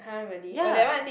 ya